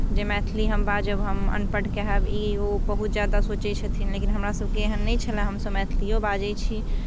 जे मैथिली हम बाजब हम अनपढ़ कहायब ई ओ बहुत ज्यादा सोचै छथिन लेकिन हमरासभके एहन नहि छलय हमसभ मैथलिए बाजैत छी